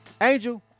angel